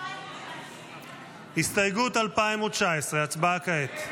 -- הסתייגות 2019, הצבעה כעת.